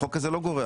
החוק הזה לא גורע.